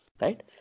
right